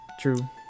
True